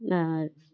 না